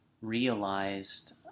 realized